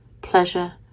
pleasure